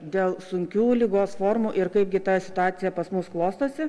dėl sunkių ligos formų ir kaipgi ta situacija pas mus klostosi